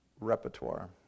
repertoire